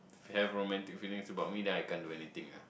have romantic feelings about me then I can't do anything ah